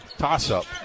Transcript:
toss-up